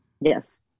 Yes